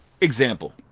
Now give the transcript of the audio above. example